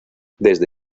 desde